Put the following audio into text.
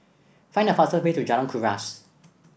find the fastest way to Jalan Kuras